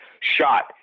shot